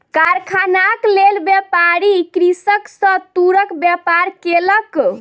कारखानाक लेल, व्यापारी कृषक सॅ तूरक व्यापार केलक